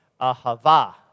Ahava